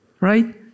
Right